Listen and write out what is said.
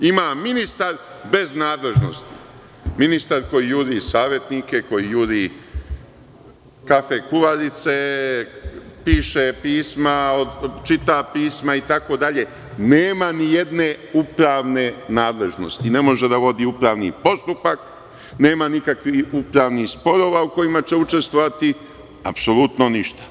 Ima ministar bez nadležnosti, ministar koji juri savetnike, koji jure kafe kuvarice, piše pisma, čita pisma itd, nema ni jedne upravne nadležnosti, ne može da vodi upravni postupak, nema nikakvih upravnih sporova u kojima će učestvovati, apsolutno ništa.